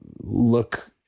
look